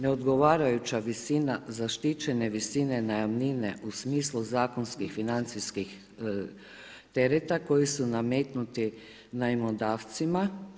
Neodgovarajuća visina zaštićene visine najamnine u smislu zakonskih financijskih tereta, koji su nametnuti najmodavcima.